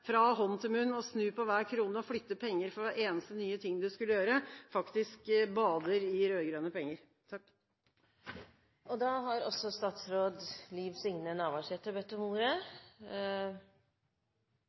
fra hånd til munn, snu på hver krone og flytte penger for hver eneste nye ting man skal gjøre, faktisk bader i rød-grønne penger.